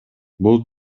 бул